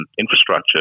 infrastructure